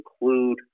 include